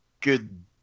good